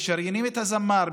משריינים את הזמר,